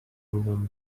room